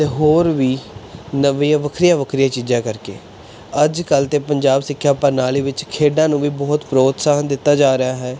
ਅਤੇ ਹੋਰ ਵੀ ਨਵੀਆਂ ਵੱਖਰੀਆਂ ਵੱਖਰੀਆਂ ਚੀਜ਼ਾਂ ਕਰਕੇ ਅੱਜ ਕੱਲ੍ਹ ਤਾਂ ਪੰਜਾਬ ਸਿੱਖਿਆ ਪ੍ਰਣਾਲੀ ਵਿੱਚ ਖੇਡਾਂ ਨੂੰ ਵੀ ਬਹੁਤ ਪ੍ਰੋਤਸਾਹਨ ਦਿੱਤਾ ਜਾ ਰਿਹਾ ਹੈ